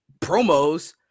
promos